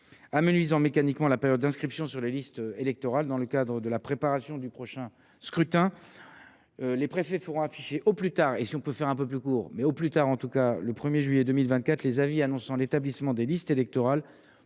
amenuisant mécaniquement la période d’inscription sur les listes électorales. Dans le cadre de la préparation du prochain scrutin, les préfets feront afficher dès que possible, mais au plus tard le 1 juillet 2024, les avis annonçant l’établissement des listes électorales